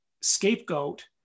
scapegoat